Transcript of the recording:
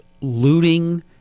looting